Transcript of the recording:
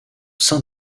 sein